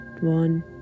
one